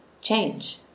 change